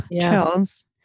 chills